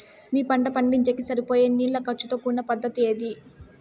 మీ పంట పండించేకి సరిపోయే నీళ్ల ఖర్చు తో కూడిన పద్ధతి ఏది?